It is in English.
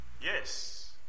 Yes